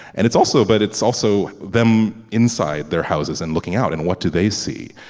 and it's also but it's also them inside their houses and looking out and what do they see.